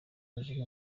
rosine